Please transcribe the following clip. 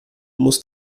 muss